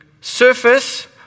surface